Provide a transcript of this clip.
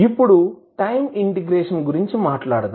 ఇప్పుడు time integration గురించి మాట్లాడుదాం